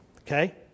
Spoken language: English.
Okay